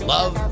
Love